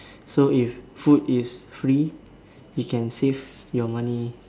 so if food is free you can save your money